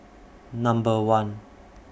Number one